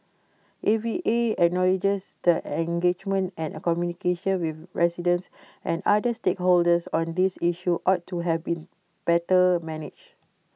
A V A acknowledges that engagement and communication with residents and other stakeholders on this issue ought to have been better manage